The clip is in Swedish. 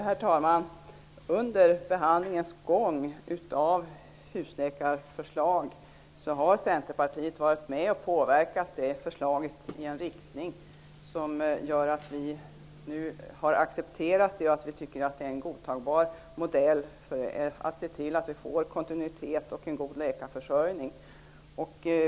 Herr talman! Under behandlingen av husläkarförslaget har Centerpartiet varit med och påverkat det förslaget i en riktning som gör att vi nu har accepterat det. Vi tycker att det är en godtagbar modell för att se till att vi får kontinuitet och en god läkarförsörjning.